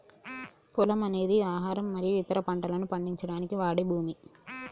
పొలము అనేది ఆహారం మరియు ఇతర పంటలను పండించడానికి వాడే భూమి